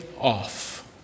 off